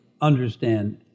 understand